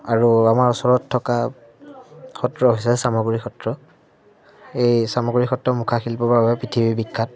আৰু আমাৰ ওচৰত থকা সত্ৰ হৈছে চামগুৰি সত্ৰ এই চামগুৰি সত্ৰ মুখা শিল্পৰ বাবে পৃথিৱীৰ বিখ্যাত